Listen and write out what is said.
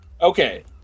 Okay